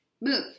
Move